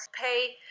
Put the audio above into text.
pay